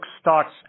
starts